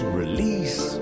release